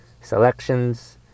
selections